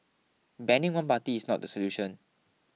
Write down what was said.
banning one party is not the solution